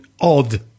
odd